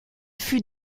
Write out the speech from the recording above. fut